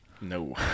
no